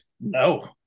No